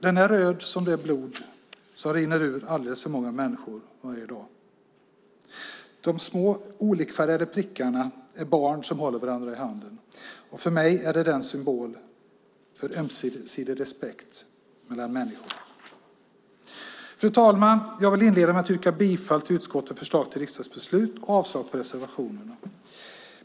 Den är röd som det blod som rinner ur alldeles för många människor varje dag. De små olikfärgade prickarna är barn som håller varandra i hand. För mig är den en symbol för ömsesidig respekt mellan människor. Fru talman! Jag vill inleda med att yrka bifall till utskottets förslag till riksdagsbeslut och avslag på reservationerna.